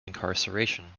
incarceration